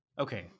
Okay